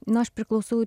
na aš priklausau